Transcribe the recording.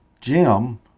Jim